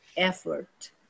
Effort